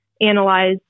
analyze